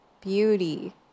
beauty